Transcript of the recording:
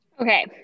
Okay